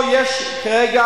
זה לא תפקידו.